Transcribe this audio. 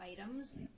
items